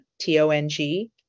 T-O-N-G